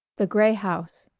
the gray house